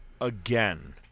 again